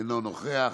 אינו נוכח,